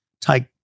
Take